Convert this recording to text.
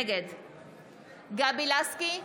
נגד גבי לסקי,